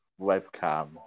webcam